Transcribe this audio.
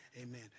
amen